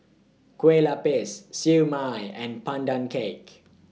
Kueh Lapis Siew Mai and Pandan Cake